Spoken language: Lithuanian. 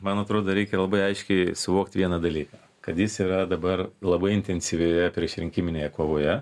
man atrodo reikia labai aiškiai suvokt vieną dalyką kad jis yra dabar labai intensyvioje priešrinkiminėje kovoje